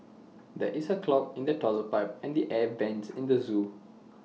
there is A clog in the Toilet Pipe and the air Vents at the Zoo